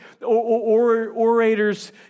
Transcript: orators